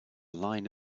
line